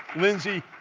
lindsay.